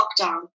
lockdown